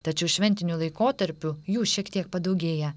tačiau šventiniu laikotarpiu jų šiek tiek padaugėja